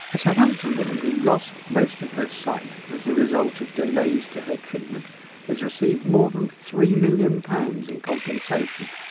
a southampton woman who lost most of her sight as the result of delays to her treatment has received more than three million pounds in compensation.